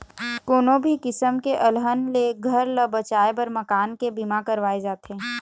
कोनो भी किसम के अलहन ले घर ल बचाए बर मकान के बीमा करवाए जाथे